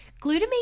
Glutamine